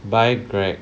bye greg